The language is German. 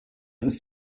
ist